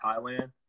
Thailand